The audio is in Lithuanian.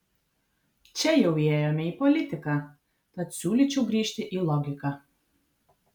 čia jau įėjome į politiką tad siūlyčiau grįžti į logiką